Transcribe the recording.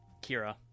Kira